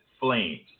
flames